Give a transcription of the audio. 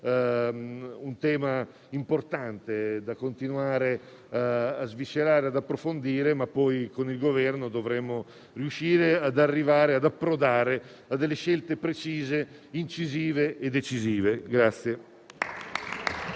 un tema importante, da continuare a sviscerare e approfondire, ma poi, con il Governo, dovremo riuscire ad approdare a scelte precise, incisive e decisive.